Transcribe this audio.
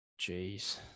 Jeez